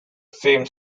same